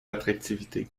attractivité